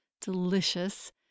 delicious